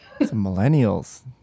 millennials